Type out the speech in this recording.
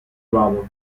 vado